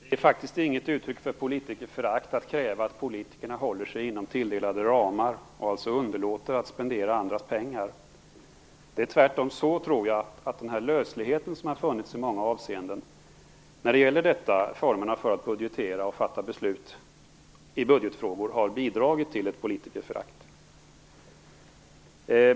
Herr talman! Det är faktiskt inget uttryck för politikerförakt att kräva att politikerna håller sig inom tilldelade ramar och underlåter att spendera andras pengar. Jag tror tvärtom att den löslighet som har funnits i många avseenden när det gäller formerna för att budgetera och fatta beslut i budgetfrågor har bidragit till ett politikerförakt.